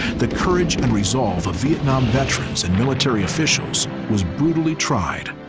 the courage and resolve of vietnam veterans and military officials was brutally tried.